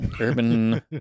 Urban